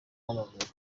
w’amavubi